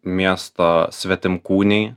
miesto svetimkūniai